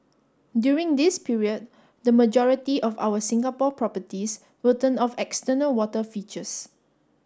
during this period the majority of our Singapore properties will turn off external water features